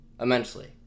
immensely